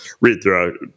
read-through